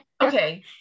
Okay